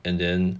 and then